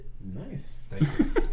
Nice